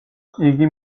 იგი